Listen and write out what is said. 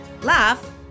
laugh